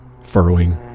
furrowing